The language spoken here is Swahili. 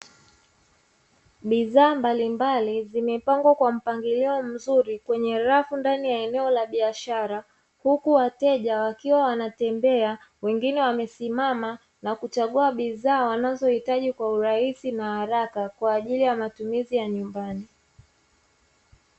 Bidhaa mbalimbali zimepangwa kwa mpangilio mzuri kwenye rafu ndani ya eneo la biashara, huku wateja wakiwa wanatembea wengine wamesimama na kuchagua bidhaa wanazohitaji kwa urahisi na haraka kwa ajili ya matumizi ya nyumbani.